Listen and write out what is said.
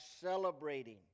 celebrating